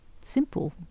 simple